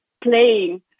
playing